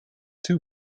two